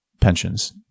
pensions